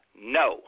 No